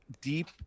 deep